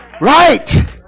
right